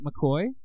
McCoy